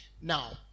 Now